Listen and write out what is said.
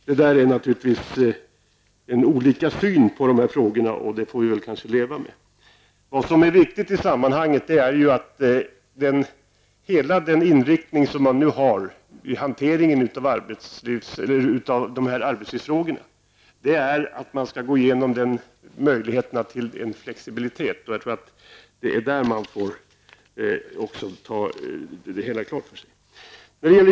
Vi har naturligtvis olika syn på de här frågorna, och det får vi väl leva med. Viktigt i sammanhanget är att den inriktning man har vid hanteringen av arbetslivsfrågorna är att man skall gå igenom möjligheterna till flexibilitet. Det är där man får det hela klart för sig.